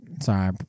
sorry